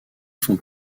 font